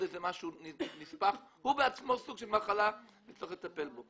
איזה משהו נספח אלא הוא בעצמו סוג של מחלה וצריך לטפל בו.